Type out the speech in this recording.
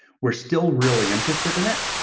we're still really interested in it.